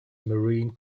marine